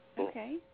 Okay